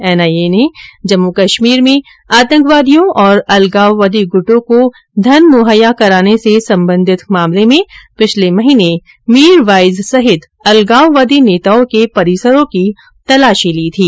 NIA ने जम्मू कश्मीर में आतंकवादियों और अलगाववादी ग्रंटों को धन मुहैया कराने से संबंधित मामले में पिछले महीने मीरवाइज सहित अलगाववादी नेताओं के परिसरों की तलाशी ली थी